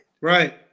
right